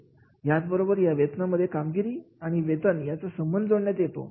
याचबरोबर या वेतनामध्ये कामगिरी आणि वेतन यांचा संबंध जोडण्यात येतो